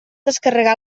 descarregar